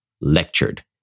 lectured